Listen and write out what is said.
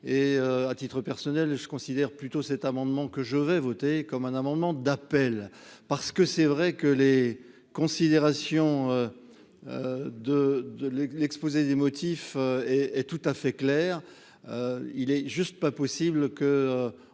et à titre personnel, je considère plutôt cet amendement que je vais voter comme un amendement d'appel parce que c'est vrai que les considérations de de l'exposé des motifs et et tout à fait clair, il est juste pas possible que